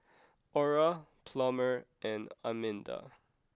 Aura Plummer and Arminda